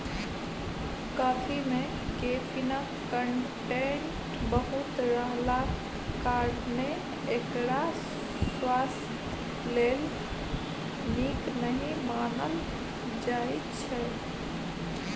coffee मे कैफीनक content बहुत रहलाक कारणेँ एकरा स्वास्थ्य लेल नीक नहि मानल जाइ छै